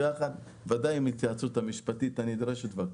ודאי עם התייעצות משפטית נדרשת והכול.